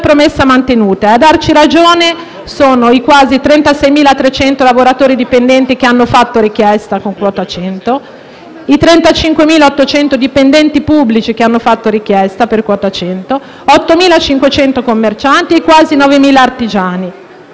promessa mantenuta e a darci ragione sono i quasi 36.300 lavoratori dipendenti che hanno fatto richiesta per quota 100; i 35.800 dipendenti pubblici che hanno fatto richiesta; gli 8.500 commercianti e i quasi 9.000 artigiani.